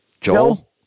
Joel